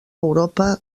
europa